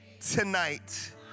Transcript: tonight